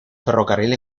ferrocarril